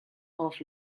hoff